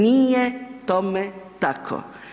Nije tome tako.